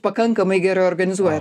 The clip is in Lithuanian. pakankamai gerai organizuoja